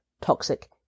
toxic